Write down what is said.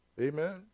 amen